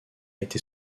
été